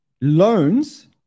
loans